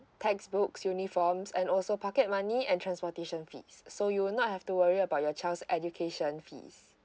textbooks uniforms and also pocket money and transportation fees so you will not have to worry about your child's education fees